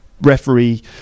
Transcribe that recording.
referee